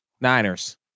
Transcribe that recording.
Niners